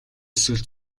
эсвэл